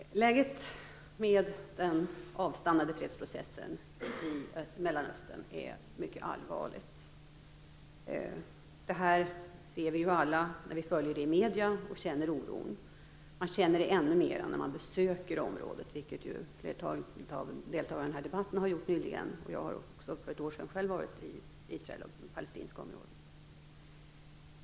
Fru talman! Läget med den avstannade fredsprocessen i Mellanöstern är mycket allvarligt. Det ser vi alla när vi följer medierna och känner oron. Man känner det ännu mer när man besöker området, vilket flertalet deltagare i debatten har gjort nyligen. Jag var själv för ett år sedan i Israel och i det palestinska området.